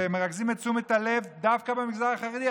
ומרכזים את תשומת הלב דווקא במגזר החרדי.